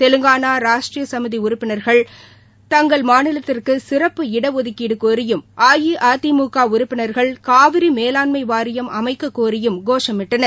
தெலுங்கானா ராஷ்டிரிய சமதி உறுப்பனர்கள் தங்கள் மாநிலத்துக்குசிறப்பு இட ஒதுக்கீடு கோரியும் அஇஅதிமுக உறுப்பினர்கள் காவிரி மேலாண் வாரியம் அமைக்க கோயுமம் கோஷமிட்டார்கள்